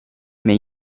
may